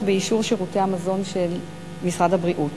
באישור שירותי המזון של משרד הבריאות.